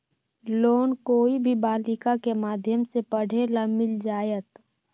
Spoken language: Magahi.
लोन कोई भी बालिका के माध्यम से पढे ला मिल जायत?